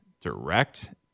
Direct